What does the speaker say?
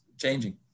changing